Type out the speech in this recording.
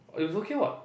oh it's okay what